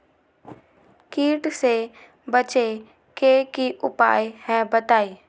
कीट से बचे के की उपाय हैं बताई?